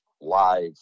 live